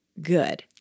good